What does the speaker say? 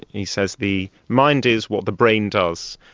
he says the mind is what the brain does.